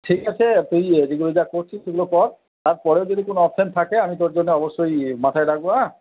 ঠিক আছে তুই এদিকেও যা করছিস সেগুলো কর তারপরেও যদি কোন অপশন থাকে আমি তোর জন্য অবশ্যই মাথায় রাখবো হ্যাঁ